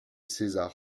césar